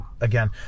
again